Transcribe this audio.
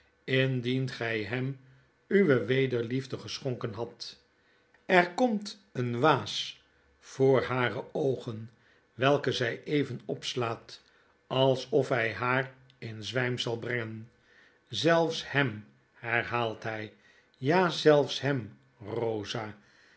indien gij hem iiwe wederliefde geschonken hadt er komt een waas voor hare oogen welke zij even opslaat alsof hjj haar in zwijm zal brengen zelfs hem herhaalt hij ja zelfs hem rosa